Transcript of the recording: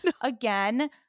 Again